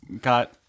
got